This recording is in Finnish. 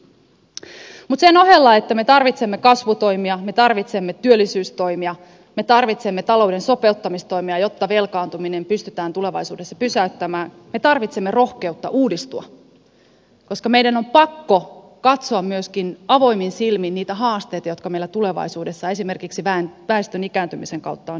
mutta sen ohella että me tarvitsemme kasvutoimia me tarvitsemme työllisyystoimia me tarvitsemme talouden sopeuttamistoimia jotta velkaantuminen pystytään tulevaisuudessa pysäyttämään me tarvitsemme rohkeutta uudistua koska meidän on pakko katsoa myöskin avoimin silmin niitä haasteita jotka meillä tulevaisuudessa esimerkiksi väestön ikääntymisen kautta on edessä